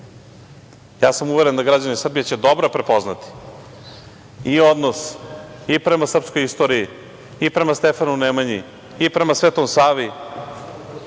sam da građani Srbije će dobro prepoznati i odnos i prema srpskoj istoriji, i prema Stefanu Nemanji, i prema Svetom Savi,